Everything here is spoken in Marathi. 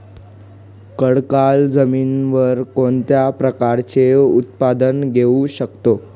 खडकाळ जमिनीवर कोणत्या प्रकारचे उत्पादन घेऊ शकतो?